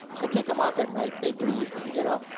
i take them off at night, they breathe, you know.